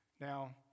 Now